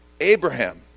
Abraham